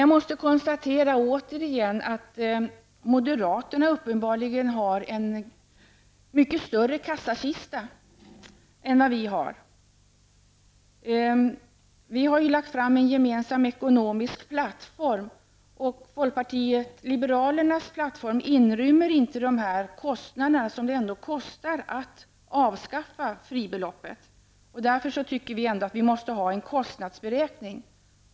Jag måste återigen konstatera att moderaterna uppenbarligen har en mycket större kassakista än vad vi har. Vi har föreslagit en gemensam ekonomisk plattform. Folkpartiet liberalernas plattform inrymmer inte vad det ändå kostar att avskaffa fribeloppet. Därför tycker vi att man åtminstone måste ha en kostnadsberäkning.